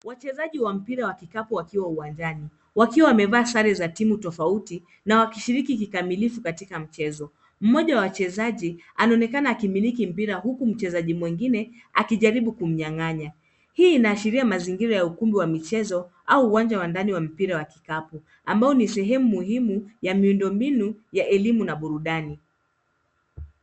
Wachezaji wa mpira wa kikapu wakiwa uwanjani, wakiwa wamevaa sare za timu tofauti na wakishiriki kikamilifu katika mchezo. Mmoja wa wachezaji anaonekana akimiliki huku mchezaji mwengine akijaribu kumnyang'anya. Hii inaashiria mazingira ya ukumbi wa michezo au uwanja wa ndani wa mpira wa kikapu, ambao ni sehemu muhimu ya miundombinu ya elimu na burudani.